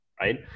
right